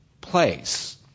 place